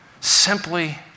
simply